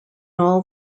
all